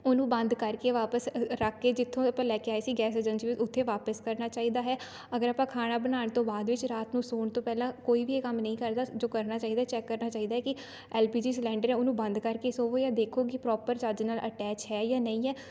ਉਹਨੂੰ ਬੰਦ ਕਰਕੇ ਵਾਪਸ ਰੱਖ ਕੇ ਜਿੱਥੋਂ ਆਪਾਂ ਲੈ ਕੇ ਆਏ ਸੀ ਗੈਸ ਏਜੰਸੀ ਉੱਥੇ ਵਾਪਸ ਕਰਨਾ ਚਾਹੀਦਾ ਹੈ ਅਗਰ ਆਪਾਂ ਖਾਣਾ ਬਣਾਉਣ ਤੋਂ ਬਾਅਦ ਵਿੱਚ ਰਾਤ ਨੂੰ ਸੌਣ ਤੋਂ ਪਹਿਲਾਂ ਕੋਈ ਵੀ ਇਹ ਕੰਮ ਨਹੀਂ ਕਰਦਾ ਜੋ ਕਰਨਾ ਚਾਹੀਦਾ ਚੈੱਕ ਕਰਨਾ ਚਾਹੀਦਾ ਕਿ ਐੱਲ ਪੀ ਜੀ ਸਿਲੰਡਰ ਉਹਨੂੰ ਬੰਦ ਕਰਕੇ ਸੌਵੋ ਯਾਂ ਦੇਖੋ ਕਿ ਪ੍ਰੋਪਰ ਚੱਜ ਨਾਲ ਅਟੈਚ ਹੈ ਜਾਂ ਨਹੀਂ ਹੈ